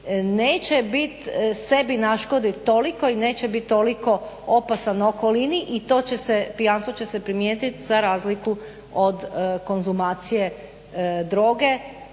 neće biti, sebi naškoditi toliko i neće biti toliko opasan okolini i to će se, pijanstvo će se primijetiti za razliku od konzumacije droge.